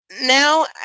Now